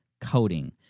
coding